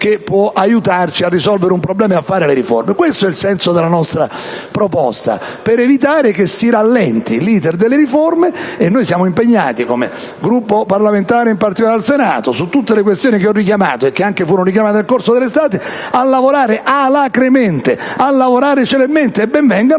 che può aiutarci a risolvere il problema e a realizzare le riforme. Questo è il senso della nostra proposta: evitare che si rallenti l'*iter* delle riforme. Siamo impegnati, come Gruppo parlamentare, in particolare al Senato, su tutte le questioni che ho richiamato e che anche furono richiamate nel corso dell'estate, a lavorare alacremente e celermente, e ben vengano